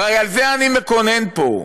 הרי על זה אני מקונן פה,